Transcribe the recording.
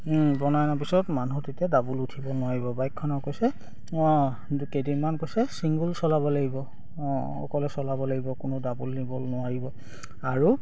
বনাই অনাৰ পিছত মানুহ তেতিয়া ডাবোল উঠিব নোৱাৰিব বাইকখনৰ কৈছে অঁ কেইদিনমান কৈছে ছিংগুল চলাব লাগিব অঁ অকলে চলাব লাগিব কোনো ডাবোল নিব নোৱাৰিব আৰু